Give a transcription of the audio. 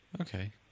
Okay